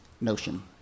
notion